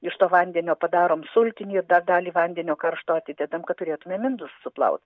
iš to vandenio padarom sultinį dar dalį vandenio karšto atidedam kad turėtumėm indus suplau